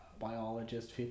biologist